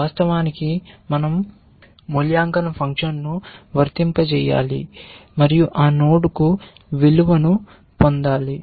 వాస్తవానికి మనం మూల్యాంకన ఫంక్షన్ను వర్తింపజేయాలి మరియు ఆ నోడ్కు విలువను పొందాలి